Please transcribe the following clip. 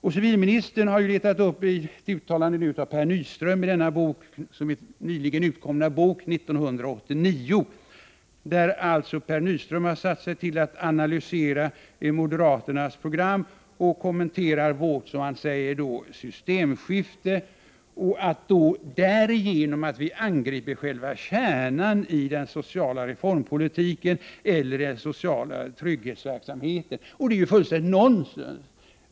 Civilministern har letat upp ett uttalande av Per Nyström i den nyligen utkomna boken 1989”, där Per Nyström analyserat moderaternas program och kommenterar vårt systemskifte genom att vi angriper själva kärnan i den sociala reformpolitiken eller den sociala trygghetsverksamheten. Det är fullständigt nonsens.